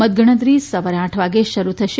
મતગણતરી સવારે આઠ વાગે શરૂ થશે